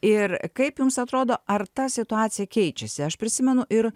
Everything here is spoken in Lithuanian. ir kaip jums atrodo ar ta situacija keičiasi aš prisimenu ir